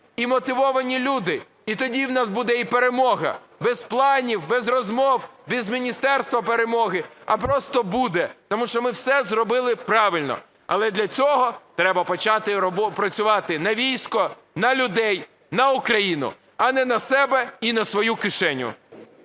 і мотивовані люди. І тоді в нас буде і перемога, без планів, без розмов, без міністерства перемоги, а просто буде, тому що ми все зробили правильно. Але для цього треба почати працювати на військо, на людей, на Україну, а не на себе і свою кишеню.